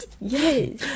Yes